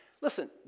listen